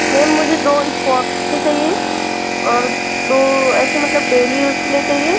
ma'am मुझे दो इस्पोट्स के चाहिए और दो ऐसे मतलब डेली यूज़ के लिए चाहिए